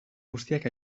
guztiak